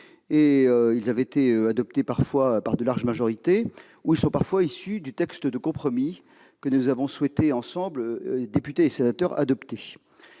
Certains avaient été votés ici même par de larges majorités ; d'autres sont issus du texte de compromis que nous avons souhaité ensemble, députés et sénateurs, adopter.